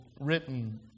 written